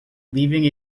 leaving